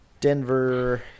Denver